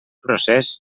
procés